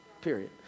Period